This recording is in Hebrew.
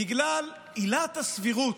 בגלל עילת הסבירות.